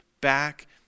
back